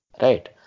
right